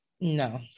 No